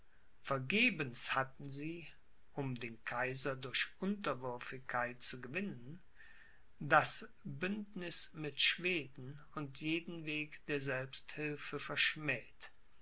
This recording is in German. vergebens hatten sie um den kaiser durch unterwürfigkeit zu gewinnen das bündniß mit schweden und jeden weg der selbsthilfe verschmäht